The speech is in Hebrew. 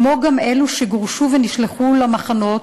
כמו גם אלו שגורשו ונשלחו למחנות,